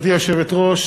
גברתי היושבת-ראש,